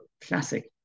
classic